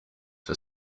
for